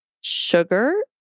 sugar